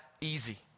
easy